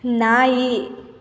ನಾಯಿ